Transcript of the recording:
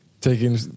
taking